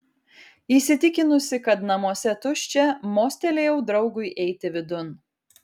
įsitikinusi kad namuose tuščia mostelėjau draugui eiti vidun